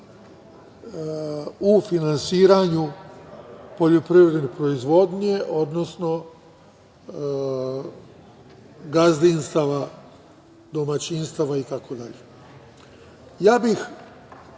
u finansiranju poljoprivredne proizvodnje, odnosno gazdinstava, domaćinstava, itd. Ja bih